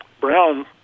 Brown